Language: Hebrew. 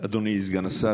אדוני סגן השר,